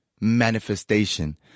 manifestation